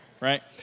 right